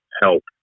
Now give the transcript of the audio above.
help